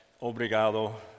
Obrigado